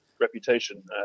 reputation